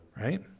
right